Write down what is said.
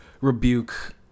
rebuke